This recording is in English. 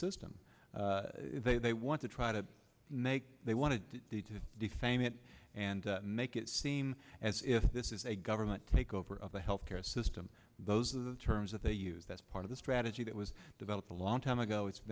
system they want to try to make they want to defame it and make it seem as if this is a government takeover of the health care system those are the terms that they use that's part of the strategy that was developed a long time ago it's